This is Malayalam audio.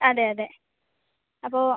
അതെ അതെ അപ്പോൾ